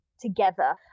together